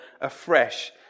afresh